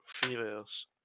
females